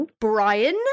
Brian